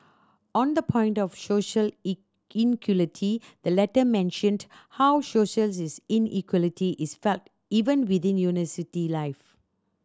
on the point of social inequality the letter mentioned how social inequality is felt even within university life